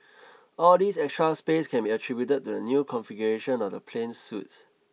all this extra space can be attributed to the new configuration of the plane's suites